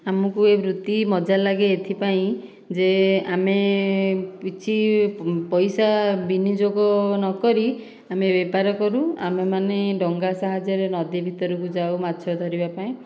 ଆମକୁ ଏ ବୃତ୍ତି ମଜା ଲାଗେ ଏଥିପାଇଁ ଯେ ଆମେ କିଛି ପଇସା ବିନିଯୋଗ ନ କରି ଆମେ ବେପାର କରୁ ଆମେମାନେ ଡ଼ଙ୍ଗା ସାହାଯ୍ୟରେ ନଦୀ ଭିତରକୁ ଯାଉ ମାଛ ଧରିବା ପାଇଁ